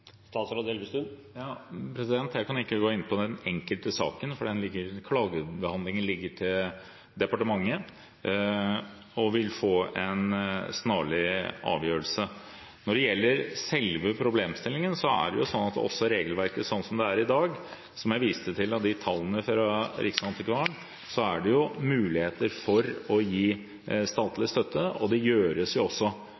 Jeg kan ikke gå inn på den enkelte saken, for klagebehandlingen ligger i departementet og vil få en snarlig avgjørelse. Når det gjelder selve problemstillingen, er det med det regelverket slik som det er i dag, og som jeg viste til med tallene fra Riksantikvaren, muligheter for å gi statlig støtte, og det